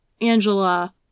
Angela